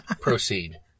Proceed